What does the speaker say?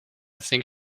think